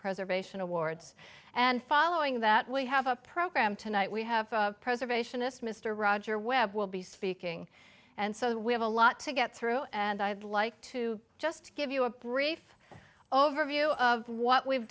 preservation awards and following that we have a program tonight we have preservationist mr roger webb will be speaking and so we have a lot to get through and i'd like to just give you a brief overview of what we've